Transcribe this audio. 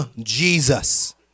Jesus